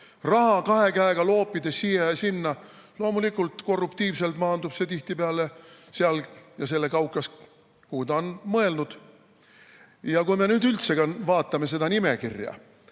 Raha kahe käega siia ja sinna loopides loomulikult korruptiivselt maandub see tihtipeale seal ja selle kaukas, kuhu ta on mõeldud. Ja kui me nüüd vaatame seda nimekirja